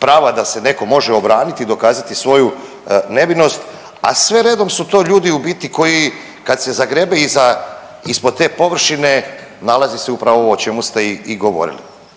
prava da se neko može obraniti i dokazati svoju nevinost, a sve redom su to ljudi u biti koji kad se zagrebe ispod te površine nalazi se upravo ovo o čemu ste i govorili.